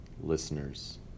listeners